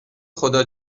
خدا